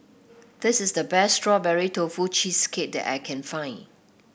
this is the best Strawberry Tofu Cheesecake that I can find